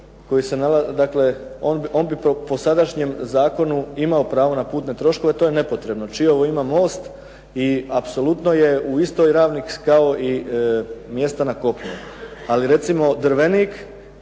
koji se, dakle on bi po sadašnjem zakonu imao pravo na putne troškove, to je nepotrebno. Čiovo ima most, i apsolutno je u istoj ravni kao i mjesta na kopnu. Ali recimo Drvenik,